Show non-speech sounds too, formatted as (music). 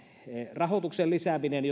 rahoituksen lisääminen (unintelligible)